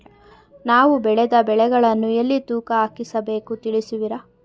ನಾವು ಬೆಳೆದ ಬೆಳೆಗಳನ್ನು ಎಲ್ಲಿ ತೂಕ ಹಾಕಿಸಬೇಕು ತಿಳಿಸುವಿರಾ?